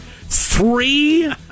Three